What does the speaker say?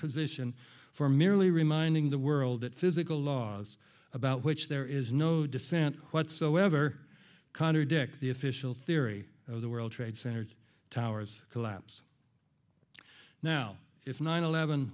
position for merely reminding the world that physical laws about which there is no dissent whatsoever contradict the official theory of the world trade center towers collapse now if nine eleven